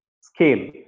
scale